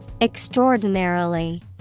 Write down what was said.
Extraordinarily